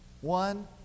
One